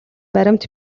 баримт